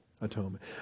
atonement